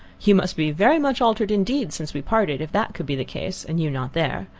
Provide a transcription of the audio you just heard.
you must be very much altered indeed since we parted, if that could be the case, and you not there.